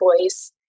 voice